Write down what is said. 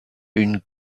une